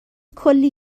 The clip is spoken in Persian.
کلی